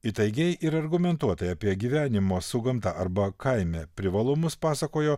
įtaigiai ir argumentuotai apie gyvenimo su gamta arba kaime privalumus pasakojo